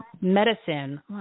medicine